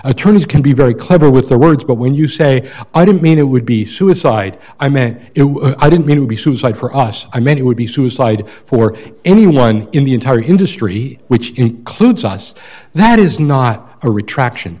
attorneys can be very clever with their words but when you say i didn't mean it would be suicide i meant it i didn't mean to be suicide for us i mean it would be suicide for anyone in the entire industry which includes us that is not a retraction